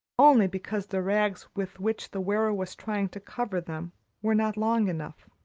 only because the rags with which the wearer was trying to cover them were not long enough.